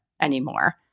anymore